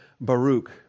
Baruch